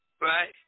Right